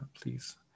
please